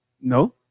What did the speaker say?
No